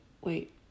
wait